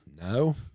No